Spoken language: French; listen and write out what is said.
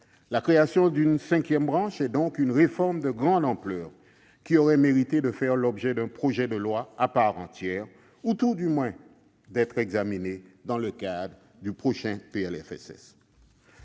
La création d'une cinquième branche est donc une réforme de grande ampleur, qui aurait mérité de faire l'objet d'un projet de loi à part entière ou, tout du moins, d'être examinée dans le cadre du prochain projet